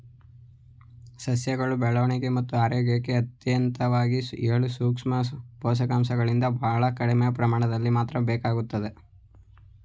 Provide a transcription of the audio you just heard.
ಸಸ್ಯ ಬೆಳವಣಿಗೆ ಮತ್ತು ಆರೋಗ್ಯಕ್ಕೆ ಅತ್ಯಗತ್ಯವಾಗಿ ಏಳು ಸೂಕ್ಷ್ಮ ಪೋಷಕಾಂಶಗಳಿದ್ದು ಬಹಳ ಕಡಿಮೆ ಪ್ರಮಾಣದಲ್ಲಿ ಮಾತ್ರ ಬೇಕಾಗ್ತದೆ